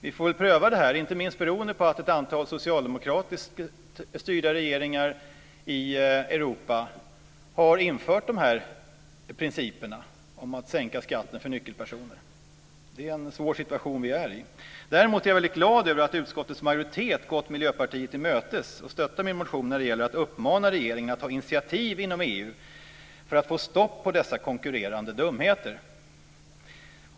Vi får väl pröva det här, inte minst beroende på att ett antal socialdemokratiska regeringar i Europa har infört principen om sänkt skatt för nyckelpersoner. Vi befinner oss i en svår situation. Jag är dock väldigt glad över att utskottets majoritet har gått Miljöpartiet till mötes och stött min motion om att regeringen ska uppmanas att ta initiativ inom EU för att få stopp på dessa "konkurrerande dumheter".